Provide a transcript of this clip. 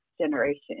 generation